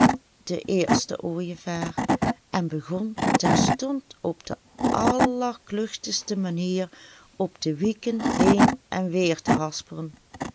de eerste ooijevaar en begon terstond op de allerkluchtigste manier op de wieken heen en weêr te